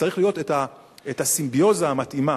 צריכה להיות הסימביוזה המתאימה,